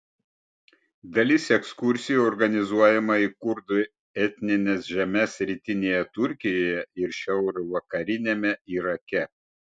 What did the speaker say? dalis ekskursijų organizuojama į kurdų etnines žemes rytinėje turkijoje ir šiaurvakariniame irake